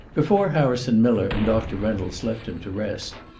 before harrison miller and doctor reynolds left him to rest,